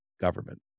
government